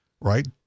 right